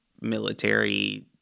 military